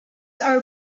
are